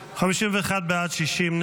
התקבלה.